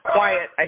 Quiet